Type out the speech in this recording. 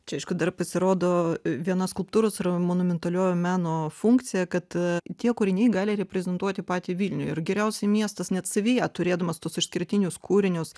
čia aišku dar pasirodo viena skulptūros ir monumentaliojo meno funkcija kad tie kūriniai gali reprezentuoti patį vilnių ir geriausiai miestas net savyje turėdamas tuos išskirtinius kūrinius